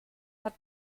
hat